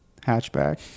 hatchback